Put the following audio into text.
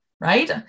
right